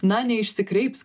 na neišsikreips